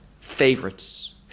favorites